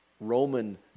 Roman